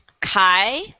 Kai